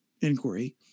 inquiry